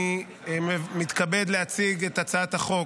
אני מתכבד להציג את הצעת החוק,